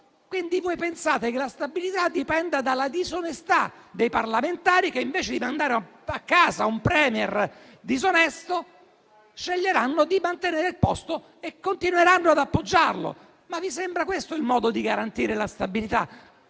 Quindi, voi pensate che la stabilità dipenda dalla disonestà dei parlamentari che, invece di mandare a casa un *premier* disonesto, sceglieranno di mantenere il posto e continueranno ad appoggiarlo. Vi sembra questo il modo di garantire la stabilità?